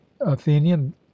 athenian